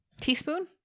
teaspoon